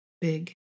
big